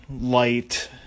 light